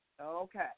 Okay